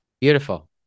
Beautiful